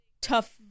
tough